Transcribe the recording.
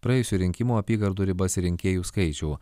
praėjusių rinkimų apygardų ribas ir rinkėjų skaičių